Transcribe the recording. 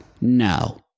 No